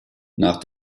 nach